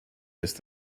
ist